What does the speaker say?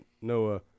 Noah